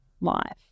life